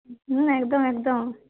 হুম একদম একদম